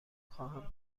خواهم